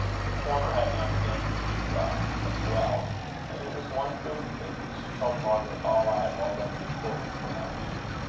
the former had now begun for euphra as well and it was one proof of it that she told margaret all i have already recorded for my readers,